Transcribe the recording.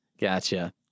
Gotcha